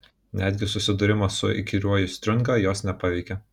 netgi susidūrimas su įkyriuoju striunga jos nepaveikė